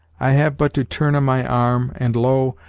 i have but to turn on my arm, and lo,